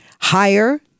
higher